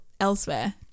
elsewhere